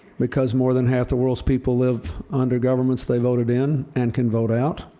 because more than half the world's people live under governments they voted in and can vote out.